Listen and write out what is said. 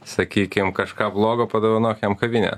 sakykim kažką blogo padovanok jam kavinę